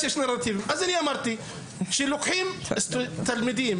וכשלוקחים תלמידים